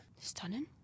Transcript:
Stunning